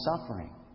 suffering